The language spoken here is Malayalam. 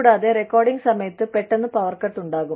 കൂടാതെ റെക്കോർഡിംഗ് സമയത്ത് പെട്ടെന്ന് പവർ കട്ട് ഉണ്ടാകും